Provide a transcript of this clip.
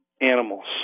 animals